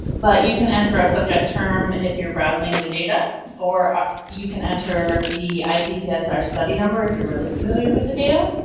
but you can enter a subject term if you're browsing the data or you can enter the icpsr study number if you're really familiar with the data.